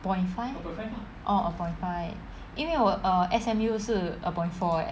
point five orh upon five 因为我 err S_M_U 是 upon four leh